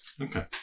Okay